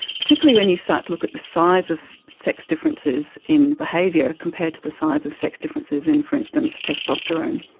particularly when you start to look at the size of sex differences in behaviour compared to the size of sex differences in, for instance, testosterone.